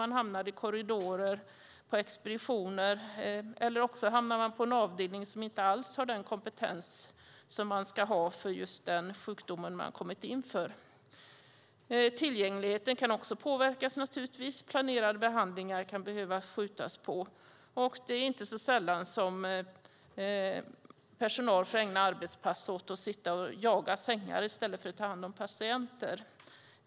De hamnar i korridorer, på expeditioner eller på en avdelning som inte alls har den kompetens som ska finnas för just den sjukdom som patienten har kommit in för. Tillgängligheten kan också påverkas. Man kan behöva skjuta på planerade behandlingar. Personal får inte så sällan ägna arbetspass åt att sitta och jaga sängar i stället för att ta hand om patienter.